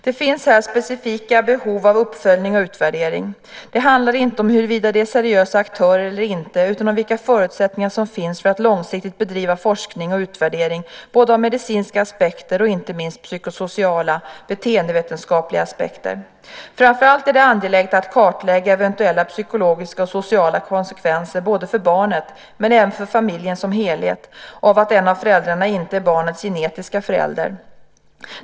Det finns här specifika behov av uppföljning och utvärdering. Det handlar inte om huruvida det är seriösa aktörer eller inte utan om vilka förutsättningar som finns för att långsiktigt bedriva forskning och utvärdering av både medicinska aspekter och inte minst psykosociala, beteendevetenskapliga aspekter. Framför allt är det angeläget att kartlägga eventuella psykologiska och sociala konsekvenser för barnet, men även för familjen som helhet, av att en av föräldrarna inte är barnets genetiska förälder.